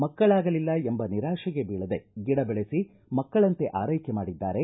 ಮಕ್ಕಳಾಗಲಿಲ್ಲ ಎಂಬ ನಿರಾಶೆಗೆ ಬೀಳದೇ ಗಿಡ ಬೆಳೆಸಿ ಮಕ್ಕಳಂತೆ ಆರೈಕೆ ಮಾಡಿದ್ದಾರೆ